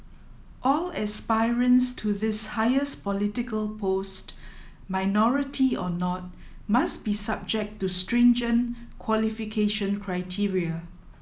all aspirants to this highest political post minority or not must be subject to stringent qualification criteria